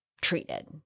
treated